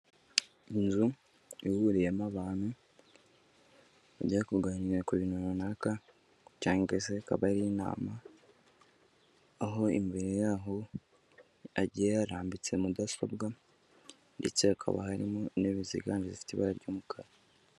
Inzu ihuriyemo abantu bagiye kuganira ku bintu runaka cyange se akaba ari inama, aho imbere yaho agiye harambitse mudasobwa, ndetse hakaba harimo intebe ziganje zifite ibara ry'umukara.